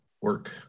work